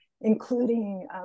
including